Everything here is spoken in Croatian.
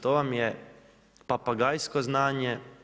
To vam je papagajsko znanje.